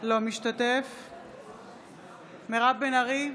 אינו משתתף בהצבעה מירב בן ארי,